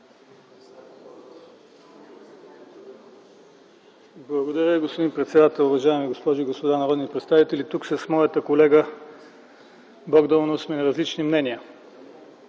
Благодаря, господин председател. Уважаеми госпожи и господа народни представители, тук с моята колежка Богданова сме на различни мнения.